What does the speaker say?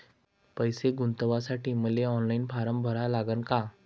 पैसे गुंतवासाठी मले ऑनलाईन फारम भरा लागन का?